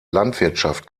landwirtschaft